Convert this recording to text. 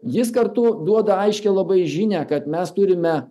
jis kartu duoda aiškią labai žinią kad mes turime